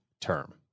term